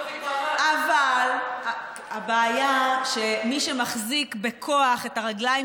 אבל הבעיה היא שמי שמחזיק בכוח את הרגליים